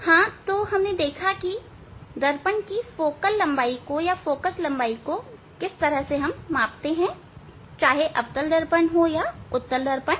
हां तो हमने देखा कि दर्पण की फोकल लंबाई को किस तरह मापते हैं चाहे यह अवतल दर्पण हो या उत्तल दर्पण